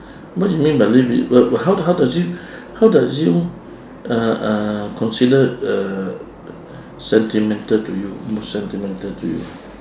what do you mean by live with what how how does it how does you uh uh consider err sentimental to you most sentimental to you